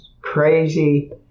crazy